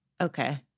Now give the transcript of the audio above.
Okay